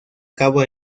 cabo